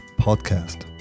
podcast